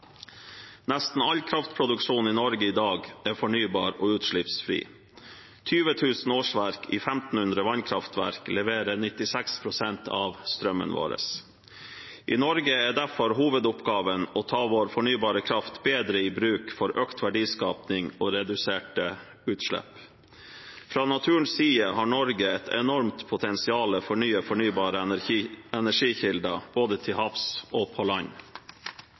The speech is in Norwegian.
Nesten all kraftproduksjon i Norge i dag er fornybar og utslippsfri. 20 000 årsverk i 1 500 vannkraftverk leverer 96 pst. av strømmen vår. I Norge er derfor hovedoppgaven å ta vår fornybare kraft bedre i bruk for økt verdiskaping og reduserte utslipp. Fra naturens side har Norge et enormt potensial for nye fornybare energikilder, både til havs og på land.